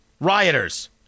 rioters